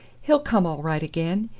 he'll come all right again.